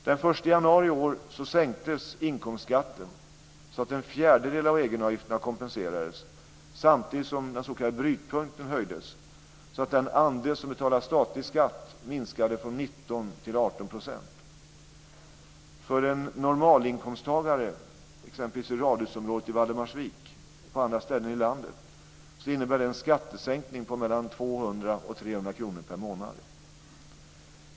Den 1 januari i år sänktes inkomstskatten så att en fjärdedel av egenavgifterna kompenserades samtidigt som den s.k. brytpunkten höjdes. Den andel av befolkningen som betalar statlig skatt minskade därmed från 19 % till 18 %. För en normalinkomsttagare exempelvis i radhusområdet i Valdemarsvik och andra ställen i landet innebär det en skattesänkning på mellan 200 kr och 300 kr per månad.